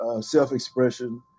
self-expression